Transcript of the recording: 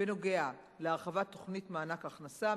בנוגע להרחבת תוכנית מענק הכנסה,